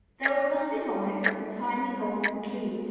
there was nothing on it but a tiny golden key,